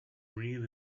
green